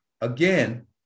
again